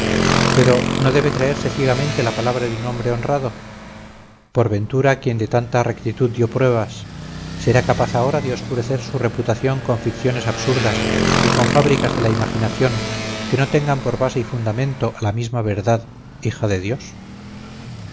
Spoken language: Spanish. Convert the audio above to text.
pero no debe creerse ciegamente la palabra de un hombre honrado por ventura quien de tanta rectitud dio pruebas será capaz ahora de oscurecer su reputación con ficciones absurdas y con fábricas de la imaginación que no tengan por base y fundamento a la misma verdad hija de dios